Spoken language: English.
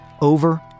over